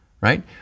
right